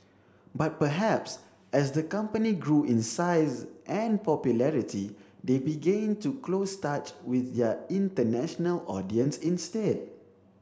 but perhaps as the company grew in size and popularity they began to close touch with their international audience instead